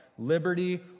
liberty